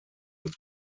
als